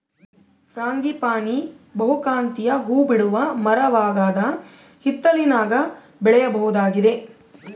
frangipani ಬಹುಕಾಂತೀಯ ಹೂಬಿಡುವ ಮರವಾಗದ ಹಿತ್ತಲಿನಾಗ ಬೆಳೆಯಬಹುದಾಗಿದೆ